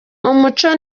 umuco